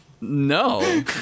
No